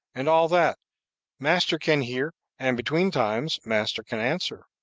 and all that master can hear, and, between times, master can answer.